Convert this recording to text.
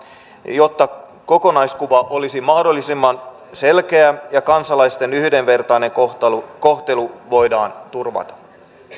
jotta kokonaiskuva olisi mahdollisimman selkeä ja kansalaisten yhdenvertainen kohtelu kohtelu voidaan turvata